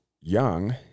young